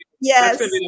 Yes